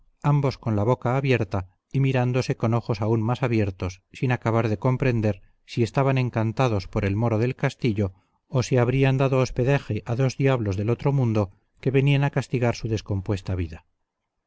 ambos con la boca abierta y mirándose con ojos aún más abiertos sin acabar de comprender si estaban encantados por el moro del castillo o si habrían dado hospedaje a dos diablos del otro mundo que venían a castigar su descompuesta vida